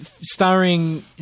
Starring